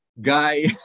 guy